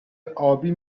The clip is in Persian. ابی